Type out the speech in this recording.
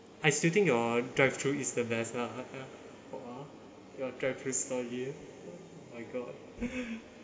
I still think your drive through is the best lah ya oh ah your drive through story my god